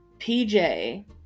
PJ